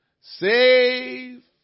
Save